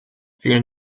vielen